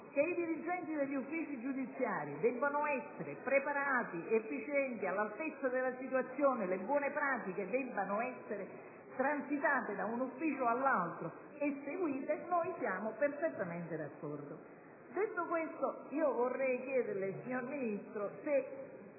che i dirigenti degli uffici giudiziari debbano essere preparati, efficienti, all'altezza della situazione e che le buone pratiche debbano transitare da un ufficio all'altro e debbano essere seguite, siamo perfettamente d'accordo. Detto questo vorrei chiederle, signor Ministro, se